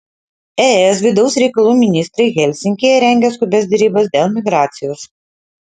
es vidaus reikalų ministrai helsinkyje rengia skubias derybas dėl migracijos